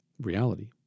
reality